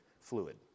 fluid